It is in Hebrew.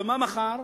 ומה מחר?